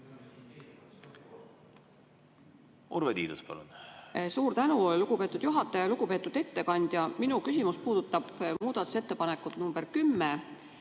Urve Tiidus, palun! Suur tänu, lugupeetud juhataja! Lugupeetud ettekandja! Minu küsimus puudutab muudatusettepanekut nr 10